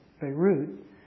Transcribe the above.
Beirut